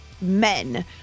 Men